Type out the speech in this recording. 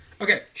okay